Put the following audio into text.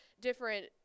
different –